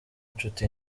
nshuti